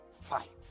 fight